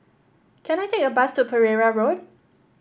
can I take a bus to Pereira Road